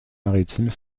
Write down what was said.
maritimes